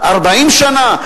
40 שנה?